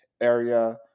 area